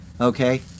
okay